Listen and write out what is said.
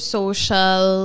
social